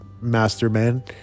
Masterman